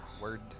Word